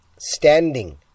Standing